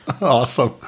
awesome